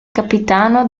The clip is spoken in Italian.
capitano